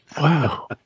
Wow